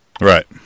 Right